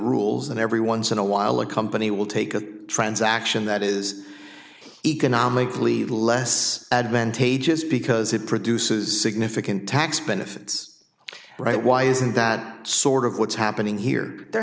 rules and every once in a while a company will take a transaction that is economically less advantageous because it produces significant tax benefits right why isn't that sort of what's happening here the